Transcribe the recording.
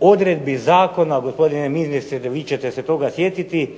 odredbi zakona, gospodine ministre vi ćete se toga sjetiti,